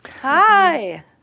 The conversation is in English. Hi